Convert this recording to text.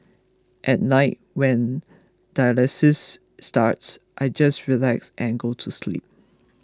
at night when dialysis starts I just relax and go to sleep